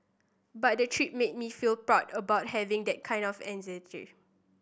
but the trip made me feel proud about having that kind of ancestry